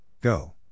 Go